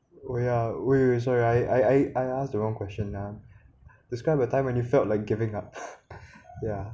we're wait wait sorry I I I I asked the wrong question now describe a time when you felt like giving up yeah